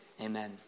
Amen